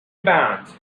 bound